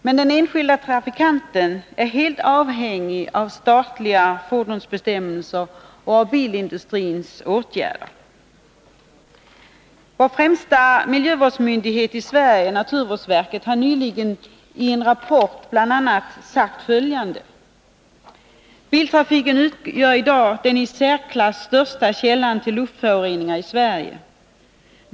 Men den enskilde trafikanten är helt beroende av statliga fordonsbestämmelser och av bilindustrins åtgärder. Vår främsta miljövårdsmyndighet här i Sverige, naturvårdsverket, har nyligen i en rapport sagt bl.a. följande: ”Biltrafiken utgör i dag den i särklass största källan till luftföroreningar i Sverige.